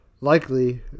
likely